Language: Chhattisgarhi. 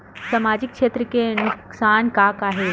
सामाजिक क्षेत्र के नुकसान का का हे?